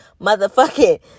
motherfucking